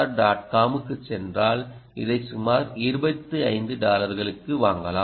com க்குச் சென்றால் இதை சுமார் 25 டாலர்களுக்கு வாங்கலாம்